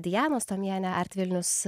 diana stomienė art vilnius